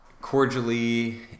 cordially